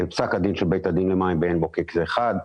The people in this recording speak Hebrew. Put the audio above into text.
פסק הדין של בית הדין למים בעין בוקק זה אחד.